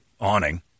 awning